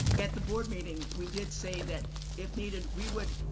at the board meeting, we did say that if needed, we would,